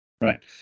right